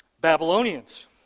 Babylonians